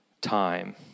time